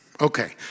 okay